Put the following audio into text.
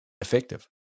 effective